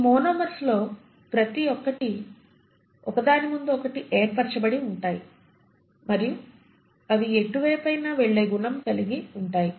ఈ మోనోమర్స్ లో ప్రతి ఒకటి ఒక దాని ముందు ఒకటి ఏర్పరచబడి ఉంటాయి మరియు అవి ఎటువైపైనా వెళ్లే గుణం కలిగి ఉంటాయి